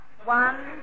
One